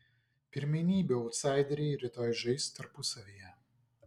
pirmenybių autsaideriai rytoj žais tarpusavyje